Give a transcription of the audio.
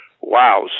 Wow